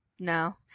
No